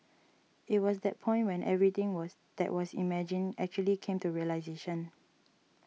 it was that point when everything was that was imagined actually came to realisation